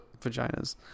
vaginas